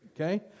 okay